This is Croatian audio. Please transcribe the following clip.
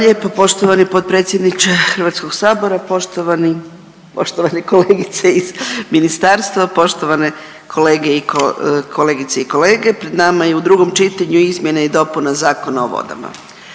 lijepo poštovani potpredsjedniče Hrvatskog sabora. Poštovani, poštovane kolegice iz ministarstva, poštovane kolege i, kolegice i kolege, pred nama je u drugom čitanju izmjena i dopuna Zakona o vodama.